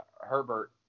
Herbert